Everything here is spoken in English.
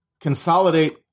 consolidate